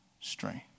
strength